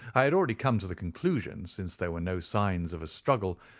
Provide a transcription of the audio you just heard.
i had already come to the conclusion, since there were no signs of a struggle,